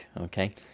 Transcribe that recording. okay